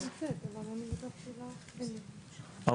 אז אני מורה באולפן שלי,